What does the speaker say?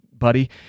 buddy